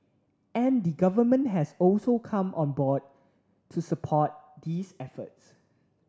and the Government has also come on board to support these efforts